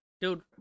dude